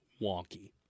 wonky